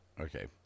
Okay